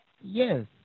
Yes